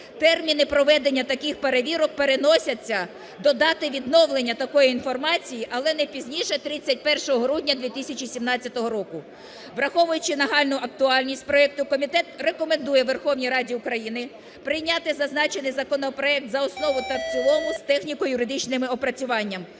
терміни проведення таких перевірок переносяться до дати відновлення такої інформації, але не пізніше 31 грудня 2017 року. Враховуючи нагальну актуальність проекту, комітет рекомендує Верховній Раді України прийняти зазначений законопроект за основу та в цілому з техніко-юридичним опрацюванням.